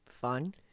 fun